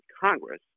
Congress